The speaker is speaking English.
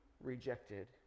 rejected